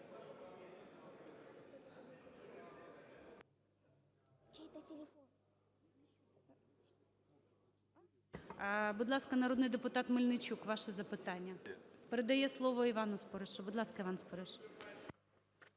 Будь ласка, народний депутат Мельничук, ваше запитання. Передає слово Івану Споришу. Будь ласка, Іван Спориш.